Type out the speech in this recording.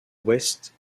west